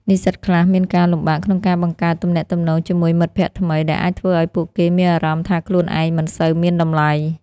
និស្សិតខ្លះមានការលំបាកក្នុងការបង្កើតទំនាក់ទំនងជាមួយមិត្តភ័ក្តិថ្មី ដែលអាចធ្វើឲ្យពួកគេមានអារម្មណ៍ថាខ្លួនឯងមិនសូវមានតម្លៃ។